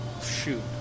shoot